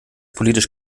politisch